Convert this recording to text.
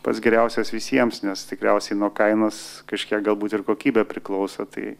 pats geriausias visiems nes tikriausiai nuo kainos kažkiek galbūt ir kokybė priklauso tai